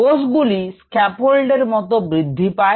কোষগুলি scaffold এর মতো বৃদ্ধি পায়